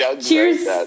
Cheers